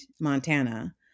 Montana